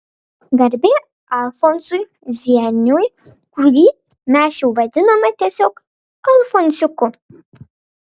garbė alfonsui zieniui kurį mes jau vadinome tiesiog alfonsiuku